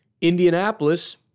Indianapolis